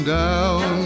down